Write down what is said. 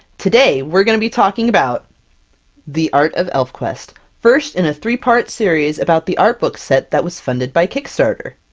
today, we're gonna be talking about the art of elfquest! first in a three-part series about the art book set that was funded by kickstarter!